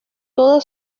toda